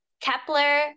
Kepler